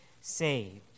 saved